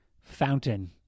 fountain